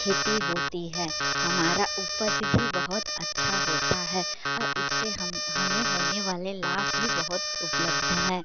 खेती होती है हमारा उपज भी बहुत अच्छा होता है और इससे हम हमें होने वाले लाभ भी बहुत उपलब्ध हैं